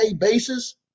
basis